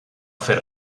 fer